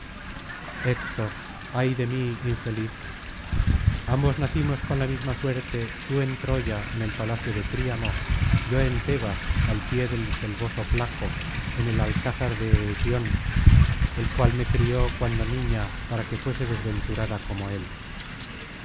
héctor ay de mí infeliz ambos nacimos con la misma suerte tú en troya en el palacio de príamo yo en tebas al pie del selvoso placo en el alcázar de eetión el cual me crió cuando niña para que fuese desventurada como él